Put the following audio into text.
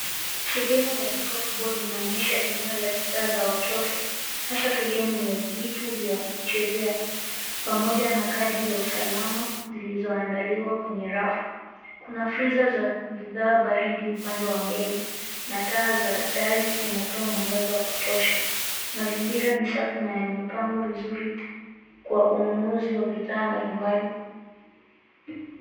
Sehemu ya duka kubwa inaonyesha eneo la bidhaa za watoto hasa sehemu ya vitu vya kuchezea pamoja na kadi za usalama zilizoandaliwa kwenye rafu. Kuna freezer za bidhaa za baridi upande wa mbele na taa za dari zinatoa mwangaza wa kutosha. Mazingira ni safi na yamepangwa vizuri kwa ununuzi wa bidhaa mbalimbali.